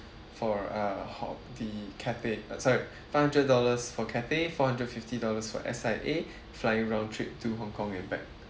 for uh hong the cathay uh sorry five hundred dollars for cathay four hundred fifty dollars for S_I_A flying round trip to hong kong and back